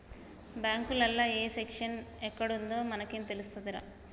బాంకులల్ల ఏ సెక్షను ఎక్కడుందో మనకేం తెలుస్తదిరా